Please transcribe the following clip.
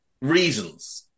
reasons